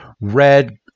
red